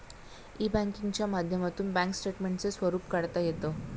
E बँकिंगच्या माध्यमातून बँक स्टेटमेंटचे स्वरूप काढता येतं